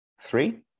Three